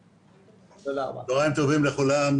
צוהריים טובים לכולם,